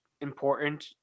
important